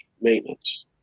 maintenance